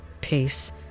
peace